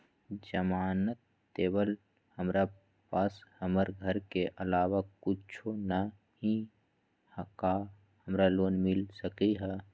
जमानत देवेला हमरा पास हमर घर के अलावा कुछो न ही का हमरा लोन मिल सकई ह?